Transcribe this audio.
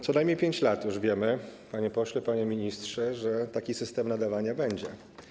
Co najmniej od 5 lat wiemy już, panie pośle, panie ministrze, że taki system nadawania będzie.